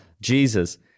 Jesus